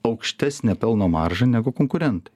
aukštesnę pelno maržą negu konkurentai